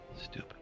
stupid